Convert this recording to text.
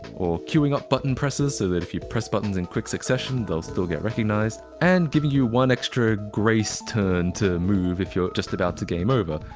or queuing up button presses so that if you press buttons in quick succession, they'll still get recognized, and giving you one extra grace turn to move if you're just about to game over.